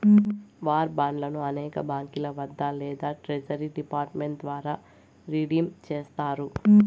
war బాండ్లను అనేక బాంకీల వద్ద లేదా ట్రెజరీ డిపార్ట్ మెంట్ ద్వారా రిడీమ్ చేస్తారు